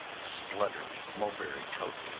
spluttered mulberry-coat.